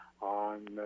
on